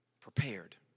prepared